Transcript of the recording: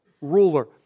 ruler